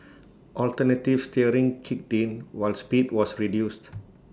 alternative steering kicked in while speed was reduced